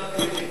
חבר הכנסת טיבי.